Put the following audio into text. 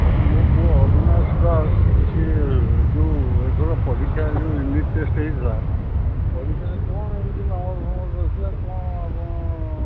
କ'ଣ ମୋ ପୁଅ ଅବିନାଶ ଦାସ ସିଏ ଯେଉଁ ଏଥର ପରୀକ୍ଷା ଯେଉଁ ୟୁନିଟ୍ ଟେଷ୍ଟ ହେଇଥିଲା ପରୀକ୍ଷାରେ କ'ଣ ଏମିତି ନମ୍ବର ଫମ୍ବର ରଖିଲା କ'ଣ ଆପଣ